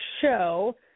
show